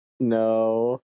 no